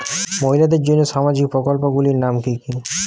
মহিলাদের জন্য সামাজিক প্রকল্প গুলির নাম কি কি?